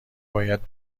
باید